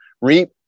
reap